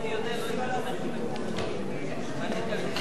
תמיכות בענפי המשק (עידוד עסקים קטנים,